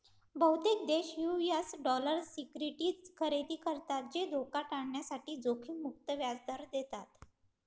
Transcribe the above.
बहुतेक देश US dollar securities खरेदी करतात जे धोका टाळण्यासाठी जोखीम मुक्त व्याज दर देतात